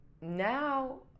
now